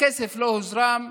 הכסף לא הוזרם,